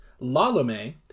Lalome